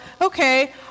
okay